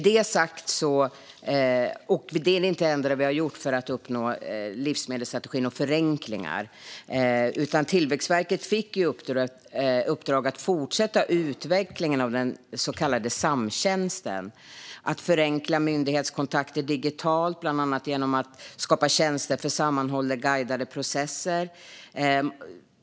Detta är inte det enda som vi har gjort för att uppnå livsmedelsstrategin och förenklingar, utan Tillväxtverket fick i uppdrag att fortsätta utvecklingen av den så kallade samtjänsten, att förenkla myndighetskontakter digitalt bland annat genom att skapa tjänster för sammanhållna guidade processer.